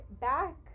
back